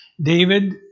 David